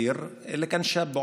שהיה בחור צעיר,